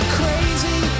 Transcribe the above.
crazy